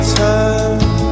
turn